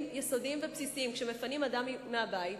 יסודיים ובסיסיים כשמפנים אדם מהבית,